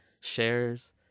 shares